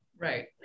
Right